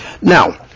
now